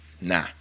Nah